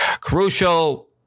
Crucial